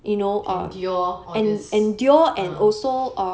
endure all these